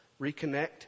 reconnect